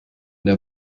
der